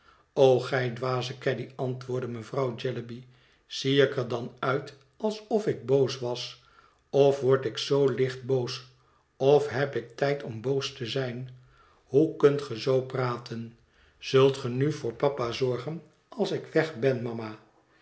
gij dwaze caddy antwoordde mevrouw jellyby zie ik er dan uit alsof ik boos was of word ik zoo licht boos of heb ik tijd om boos te zijn hoe kunt ge zoo praten zult ge nu voor papa zorgen als ik weg ben mama